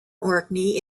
orkney